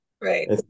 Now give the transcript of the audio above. Right